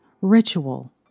Ritual